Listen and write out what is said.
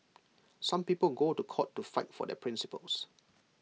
some people go to court to fight for their principles